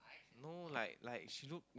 no like like she look